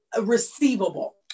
receivable